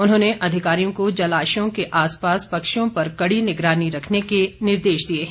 उन्होंने अधिकारियों को जलाशयों के आसपास पक्षियों पर कड़ी निगरानी रखने के निर्देश दिए हैं